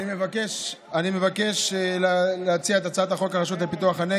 אני קובע שהצעת החוק לדחיית מועדי תשלומי מיסים והוראות